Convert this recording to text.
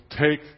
Take